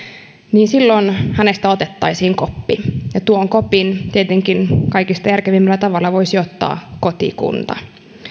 niin silloin hänestä otettaisiin koppi ja tuon kopin tietenkin kaikista järkevimmällä tavalla voisi ottaa kotikunta